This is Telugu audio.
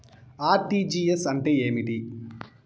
ఆర్.టి.జి.ఎస్ అంటే ఏమి